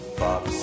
box